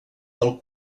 del